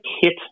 hit